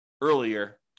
earlier